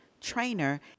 trainer